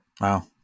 Wow